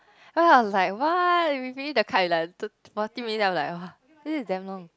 and I was like what we finish the card in like thirt~ fourteen minutes then I'm like !wah! this is damn long